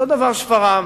אותו דבר בשפרעם.